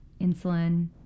insulin